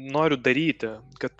noriu daryti kad